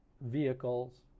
vehicles